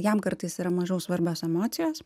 jam kartais yra mažiau svarbios emocijos